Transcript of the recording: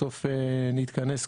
בסוף כולנו נתכנס,